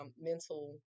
mental